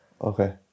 Okay